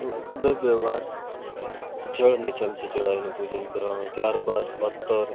બે બે વાર જળની ચમચી ચડાવીને પૂજન કરવામાં આવે ત્યારબાદ અત્તર